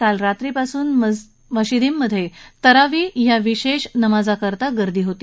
काल रात्रीपासून मशिदींमधे तरावीह या विशेष नमाजाकरता गर्दी होती